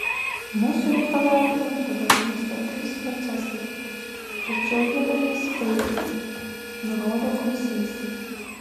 mūsų reikalavimu dabar vyksta trys procesai tačiau jie dar nesibaigę nurodo kuisys